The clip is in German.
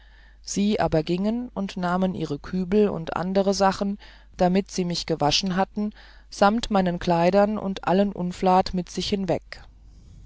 sie aber giengen und nahmen ihre kübel und andere sachen damit sie mich gewaschen hatten samt meinen kleidern und allen unflat mit sich hinweg